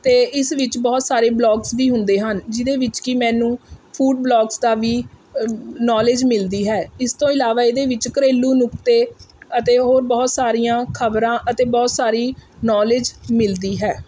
ਅਤੇ ਇਸ ਵਿੱਚ ਬਹੁਤ ਸਾਰੇ ਬਲੋਗਸ ਵੀ ਹੁੰਦੇ ਹਨ ਜਿਹਦੇ ਵਿੱਚ ਕਿ ਮੈਨੂੰ ਫੂਡ ਬਲੋਗਸ ਦਾ ਵੀ ਨੋਲੇਜ ਮਿਲਦੀ ਹੈ ਇਸ ਤੋਂ ਇਲਾਵਾ ਇਹਦੇ ਵਿੱਚ ਘਰੇਲੂ ਨੁਕਤੇ ਅਤੇ ਹੋਰ ਬਹੁਤ ਸਾਰੀਆਂ ਖਬਰਾਂ ਅਤੇ ਬਹੁਤ ਸਾਰੀ ਨੌਲੇਜ ਮਿਲਦੀ ਹੈ